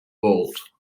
vault